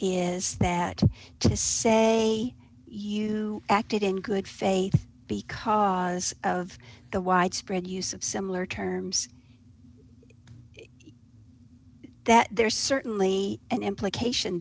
that to say you acted in good faith because of the widespread use of similar terms that there's certainly an implication